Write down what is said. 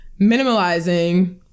minimalizing